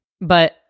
But-